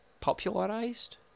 popularized